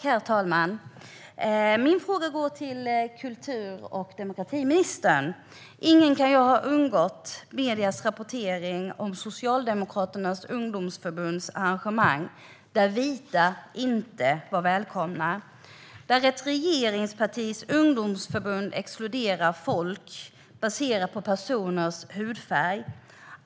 Herr talman! Min fråga går till kultur och demokratiministern. Ingen kan ha undgått mediernas rapportering om Socialdemokraternas ungdomsförbunds arrangemang där vita inte var välkomna. Ett regeringspartis ungdomsförbund exkluderade folk baserat på personers hudfärg.